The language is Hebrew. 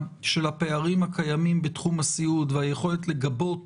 של הפערים הקיימים בתחום הסיעוד והיכולת לגבות